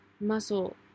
muscle